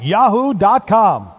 Yahoo.com